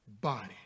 body